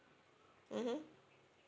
mmhmm